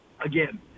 again